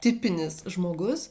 tipinis žmogus